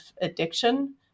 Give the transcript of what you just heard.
addiction